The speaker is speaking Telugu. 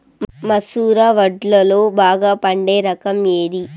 మసూర వడ్లులో బాగా పండే రకం ఏది?